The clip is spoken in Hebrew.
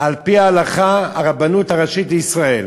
על-פי ההלכה, הרבנות הראשית לישראל,